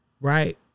right